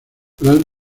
gran